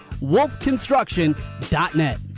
wolfconstruction.net